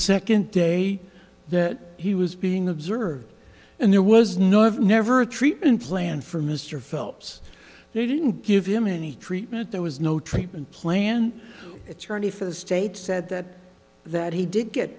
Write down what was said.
second day that he was being observed and there was no i've never a treatment plan for mr phelps they didn't give him any treatment there was no treatment plan at charlie for the state said that that he did get